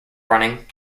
running